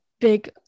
big